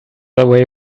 away